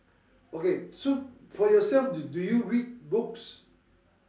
okay so for yourself do do you read books